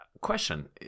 Question